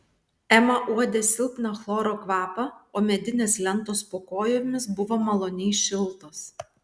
ema uodė silpną chloro kvapą o medinės lentos po kojomis buvo maloniai šiltos